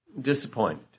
disappointed